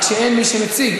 רק שאין מי שמציג.